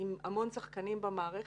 עם המון שחקנים במערכת.